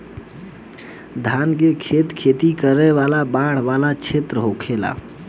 धान के खेत खेती करे वाला बाढ़ वाला क्षेत्र होखेला